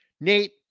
Nate